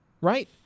right